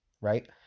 right